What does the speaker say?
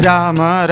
Rama